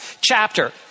Chapter